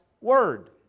Word